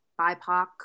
BIPOC